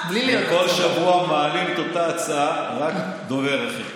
הפעם, כל שבוע מעלים את אותה הצעה, רק דובר אחר.